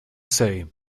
say